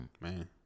man